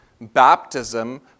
baptism